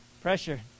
Pressure